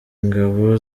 ingabo